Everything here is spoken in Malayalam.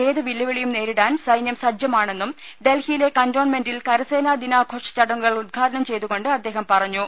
ഏത് വെല്ലുവിളിയും നേരിടാൻ സൈന്യം സജ്ജമാണെന്നും ഡൽഹിയിലെ കന്റോൺമെന്റിൽ കരസേനാ ദിനാഘോഷ ചടങ്ങുകൾ ഉദ്ഘാടനം ചെയ്തുകൊണ്ട് അദ്ദേഹം പറഞ്ഞു